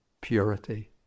purity